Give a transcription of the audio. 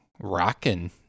rocking